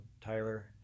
Tyler